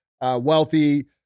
wealthy